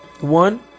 One